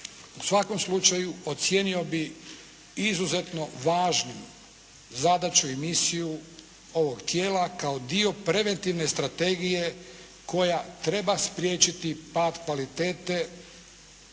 U svakom slučaju ocijenio bih izuzetno važnim zadaću i misiju ovog tijela kao dio preventivne strategije koja treba spriječiti pad kvalitete